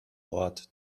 wort